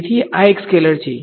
તેથીઆ એક સ્કેલેર છે